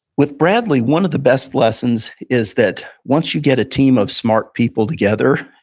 with bradley, one of the best lessons is that once you get a team of smart people together,